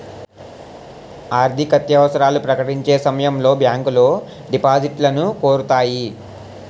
ఆర్థికత్యవసరాలు ప్రకటించే సమయంలో బ్యాంకులో డిపాజిట్లను కోరుతాయి